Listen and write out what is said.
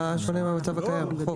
מה שונה מהמצב הקיים בחוק?